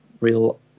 real